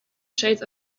shades